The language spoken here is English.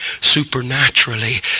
supernaturally